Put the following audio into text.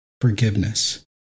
forgiveness